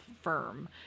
firm